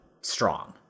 strong